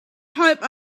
hope